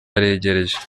aregereje